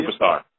superstar